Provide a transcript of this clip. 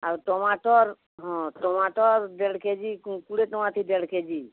ଆଉ ଟମାଟର୍ ହଁ ଟମାଟର୍ ଦେଢ଼୍ କେଜିକୁ କୋଡ଼ିଏ ଟଙ୍କା ଅଛି ଦେଢ଼୍ କେ ଜି